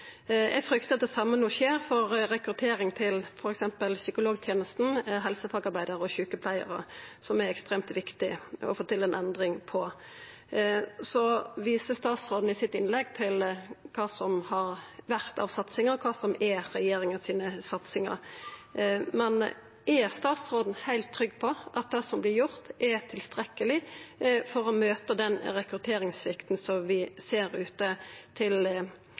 Eg fryktar at det same no skjer for rekruttering til f.eks. psykologtenesta, og for helsefagarbeidarar og sjukepleiarar, der det er ekstremt viktig å få til ei endring. Statsråden viser i innlegget sitt til kva som har vore av satsingar, og kva som er regjeringa sine satsingar. Men er statsråden heilt trygg på at det som vert gjort, er tilstrekkeleg for å møta den rekrutteringssvikten i kommunehelsetenesta som vi ser der ute?